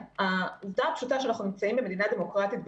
העובדה הפשוטה שאנחנו נמצאים במדינה דמוקרטית,